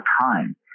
time